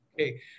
Okay